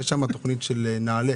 יש שם תוכנית של נעל"ה.